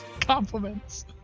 Compliments